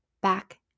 back